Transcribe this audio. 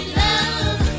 love